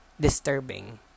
disturbing